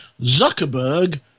Zuckerberg